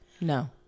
No